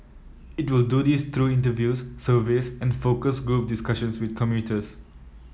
it will do this through interviews surveys and focus group discussions with commuters